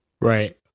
Right